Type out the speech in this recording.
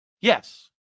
Yes